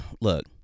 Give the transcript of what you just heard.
Look